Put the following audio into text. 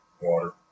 Water